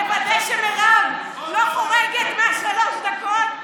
נוודא שמירב לא חורגת משלוש הדקות,